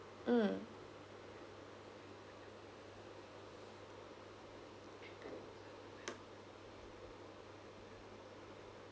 mm